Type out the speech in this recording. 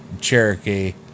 Cherokee